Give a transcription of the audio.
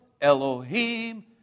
Elohim